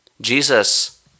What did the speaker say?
Jesus